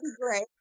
great